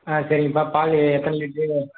ஆ சரிங்கப்பா பால் எத்தனை லிட்ரு